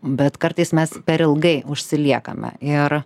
bet kartais mes per ilgai užsiliekame ir